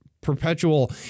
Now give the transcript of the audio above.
perpetual –